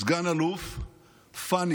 סגן אלוף פאני